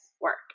work